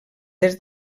des